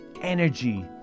energy